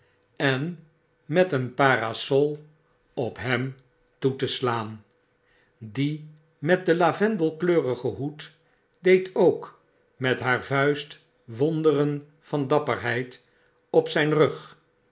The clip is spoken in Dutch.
en met een parasol op hem toe te slaan die met den lavendelkleurigen hoed deed ook met haar vuist wonderen van dapperheid op zijn rug